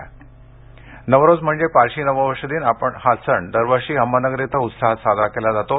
नवरोझ नवरोझ म्हणजे पारशी नववर्ष दिन हा सण दरवर्षी अहमदनगर इथं उत्साहात साजरा केला जातो